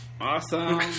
Awesome